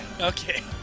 Okay